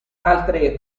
altre